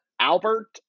Albert